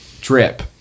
drip